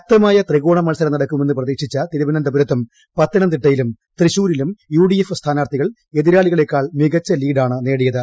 ശക്തമായ ത്രികോണ മത്സരം നടക്കു മെന്ന് പ്രതീക്ഷിച്ച തിരുവനന്തപുരുത്തുക് പത്തനംതിട്ടയിലും തൃശ്ശൂരിലും യുഗ്ധിഎഫ് സ്ഥാനാർത്ഥികൾ എതി രാളികളേക്കാൾ മികച്ച ലീഡ്ാണ് നേടിയത്